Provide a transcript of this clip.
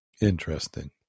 Interesting